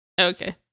Okay